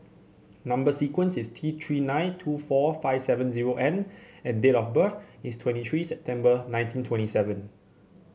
number sequence is T Three nine two four five seven zero N and date of birth is twenty three September nineteen twenty seven